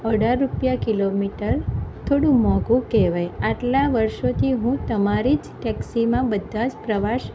અઢાર રૂપિયા કિલોમીટર થોડું મોંઘું કહેવાય આટલાં વર્ષોથી હું તમારી જ ટેક્ષીમાં બધા જ પ્રવાસ